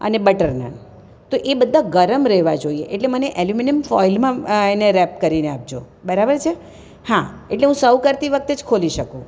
અને બટર નાન તો એ બધા ગરમ રહેવા જોઈએ એટલે મને એલ્યુમિનિયમ ફોઇલમાં એને રેપ કરીને આપજો બરાબર છે હા એટલે હું સર્વ કરતી વખતે જ ખોલી શકું